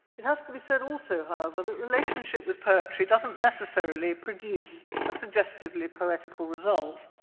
it has to be said also, however, that relationship with poetry doesn't necessarily produce a suggestively poetical result.